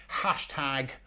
Hashtag